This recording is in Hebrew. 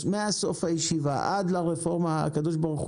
מסוף הישיבה עד לרפורמה הקדוש ברוך